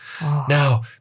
Now